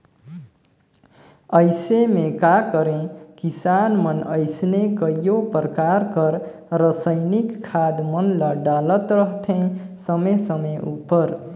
अइसे में का करें किसान मन अइसने कइयो परकार कर रसइनिक खाद मन ल डालत रहथें समे समे उपर